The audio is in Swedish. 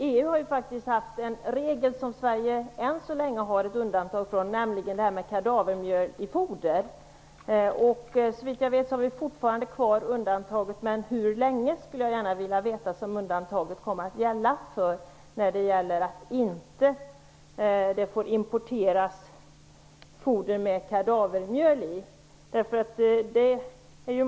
EU har haft en regel som Sverige än så länge har ett undantag för, nämligen om kadavermjöl i foder. Såvitt jag vet har vi fortfarande kvar undantaget, men jag skulle gärna vilja veta hur länge undantaget från regeln om import av foder med kadavermjöl i kommer att gälla.